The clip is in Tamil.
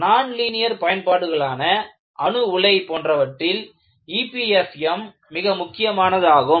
நான்லீனியர் பயன்பாடுககளான அணு உலை போன்றவற்றில் EPFM மிக முக்கியமானதாகும்